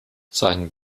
sein